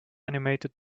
animated